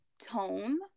tone